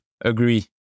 agree